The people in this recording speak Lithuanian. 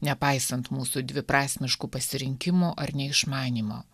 nepaisant mūsų dviprasmiškų pasirinkimų ar neišmanymo